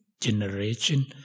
generation